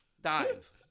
dive